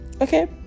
Okay